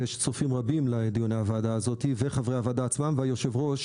ויש צופים רבים לדיוני הוועדה הזאת שחברי הוועדה והיושב-ראש